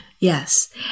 Yes